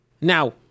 Now